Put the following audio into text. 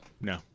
No